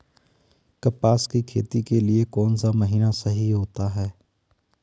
कपास की खेती के लिए कौन सा महीना सही होता है?